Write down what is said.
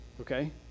Okay